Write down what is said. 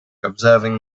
observing